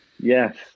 Yes